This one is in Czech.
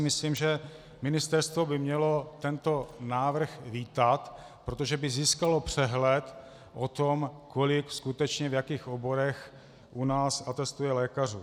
Myslím si, že ministerstvo by mělo tento návrh vítat, protože by získalo přehled o tom, kolik skutečně, v jakých oborech u nás atestuje lékařů.